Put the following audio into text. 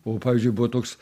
o pavyzdžiui buvo toks